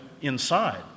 inside